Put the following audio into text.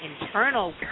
Internal